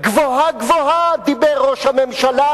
גבוהה-גבוהה דיבר ראש הממשלה,